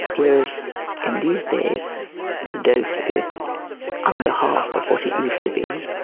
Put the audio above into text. whereas in these days the dose is under half of what it used to be.